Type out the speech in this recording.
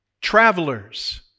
travelers